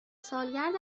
سالگرد